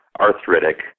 arthritic